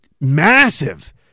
massive